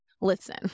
Listen